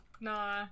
nah